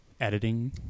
Editing